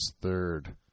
third